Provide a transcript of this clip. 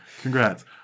Congrats